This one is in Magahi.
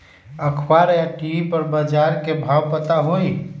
अखबार या टी.वी पर बजार के भाव पता होई?